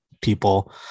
people